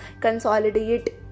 consolidate